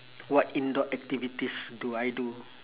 what indoor activities do I do